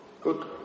good